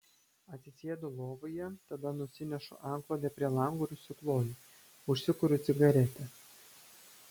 atsisėdu lovoje tada nusinešu antklodę prie lango ir užsikloju užsikuriu cigaretę